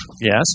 Yes